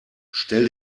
stell